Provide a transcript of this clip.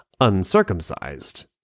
uncircumcised